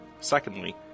Secondly